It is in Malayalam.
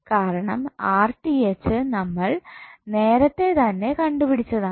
കാരണം നമ്മൾ നേരത്തെ തന്നെ കണ്ടുപിടിച്ചതാണ്